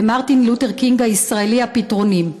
למרטין לותר קינג הישראלי פתרונים.